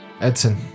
Edson